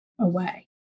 away